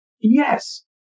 Yes